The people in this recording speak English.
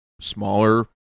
smaller